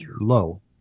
low